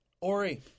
Ori